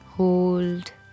Hold